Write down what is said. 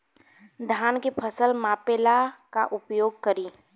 धान के फ़सल मापे ला का उपयोग करी?